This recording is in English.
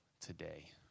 today